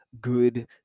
good